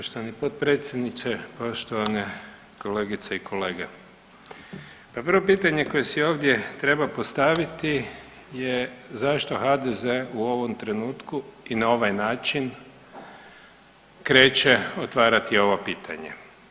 Poštovani potpredsjedniče, poštovane kolegice i kolege, pa prvo pitanje koje si ovdje treba postaviti je zašto HDZ u ovom trenutku i na ovaj način kreće otvarati ovo pitanje.